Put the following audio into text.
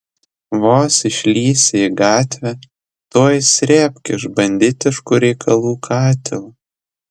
vos išlįsi į gatvę tuoj srėbk iš banditiškų reikalų katilo